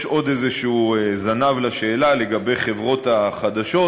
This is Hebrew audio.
יש עוד איזשהו זנב לשאלה, לגבי חברות החדשות.